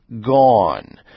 gone